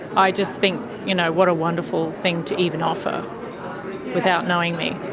i just think, you know what a wonderful thing to even offer without knowing me.